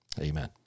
Amen